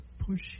push